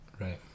Right